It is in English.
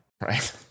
Right